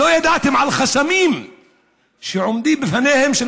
לא ידעתם על חסמים שעומדים בפניהם של